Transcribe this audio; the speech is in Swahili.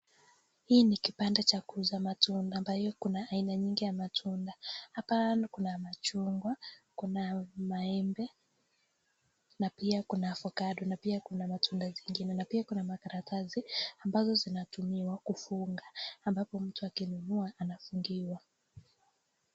Hii ni kibanda cha kuuza matunda, ambayo kuna aina mingi ya matunda. Hapa kuna machungwa, kuna maembe na pia kuna avocado na kuna matunda zingine, na pia kuna makaratasi ambazo zinatumiwa kufunga ambapo mtu akinunua anafungiwa.